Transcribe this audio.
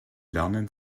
lernen